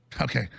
Okay